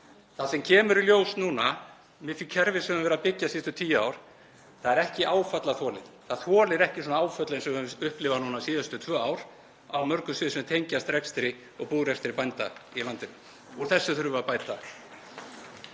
Það sem kemur í ljós núna með því kerfi sem er verið að byggja síðustu tíu ár er að það er ekki áfallaþolið. Það þolir ekki svona áföll eins og við höfum upplifað núna síðustu tvö ár á mörgum sviðum sem tengjast rekstri og búrekstri bænda í landinu. Úr þessu þurfum við að bæta.